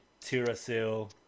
Tirasil